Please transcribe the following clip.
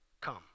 come